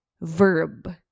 verb